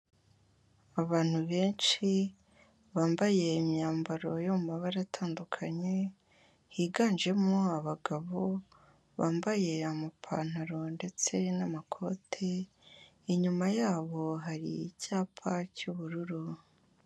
Abantu benshi bambaye imyambaro yo mu mabara atandukanye, higanjemo abagabo bambaye amapantaro ndetse n'amakoti, inyuma yabo hari icyapa cy'ubururu.